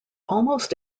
almost